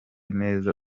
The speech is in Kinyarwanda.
neza